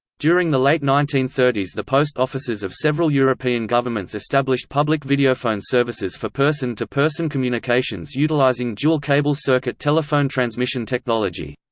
during the late nineteen thirty s the post offices of several european governments established public videophone services for person-to-person communications utilizing dual cable circuit telephone transmission technology.